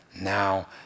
now